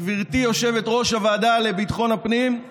גברתי יושבת-ראש הוועדה לביטחון הפנים,